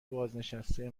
بازنشته